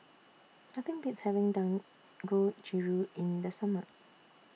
Nothing Beats having Dangojiru in The Summer